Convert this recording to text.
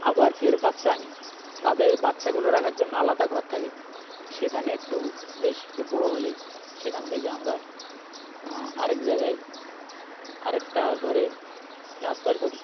আবার ফের বাচ্চা আনি তাদের বাচ্চাগুলো রাখার জন্য আলাদা ঘর থাকে সেখানে একটু বেশ একটু বড়ো হলেই সেখান থেকে আমরা আরেক জায়গায় আরেকটা ঘরে ট্রান্সফার করি